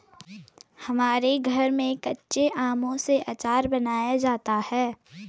हमारे घर में कच्चे आमों से आचार बनाया जाता है